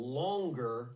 longer